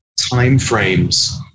timeframes